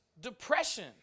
depression